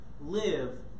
live